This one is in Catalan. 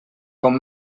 com